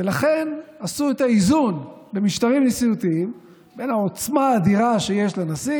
ולכן עשו במשטרים נשיאותיים את האיזון בין העוצמה האדירה שיש לנשיא